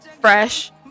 fresh